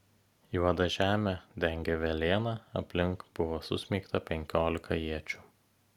juodą žemę dengė velėna aplink buvo susmeigta penkiolika iečių